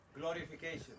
glorification